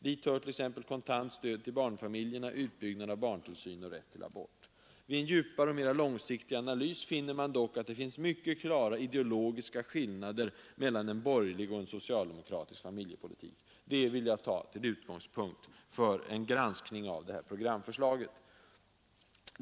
Dit hör t ex kontant stöd till barnfamiljerna, utbyggnad av barntillsynen eller rätt till abort. Vid en djupare och mera långsiktig analys finner man dock att det finns mycket klara ideologiska skillnader mellan en borgerlig och en socialdemokratisk familjepolitik.” Detta vill jag ta som utgångspunkt för en granskning av Socialdemokratiska kvinnoförbundets programförslag.